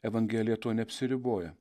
evangelija tuo neapsiriboja